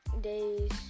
days